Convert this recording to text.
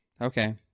Okay